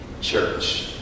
Church